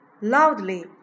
Loudly